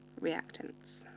reactants.